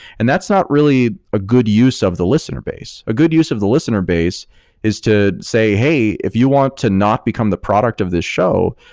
and that's not really a good use of the listener base. a good use of the listener base is to say, hey, if you want to not become the product of this show,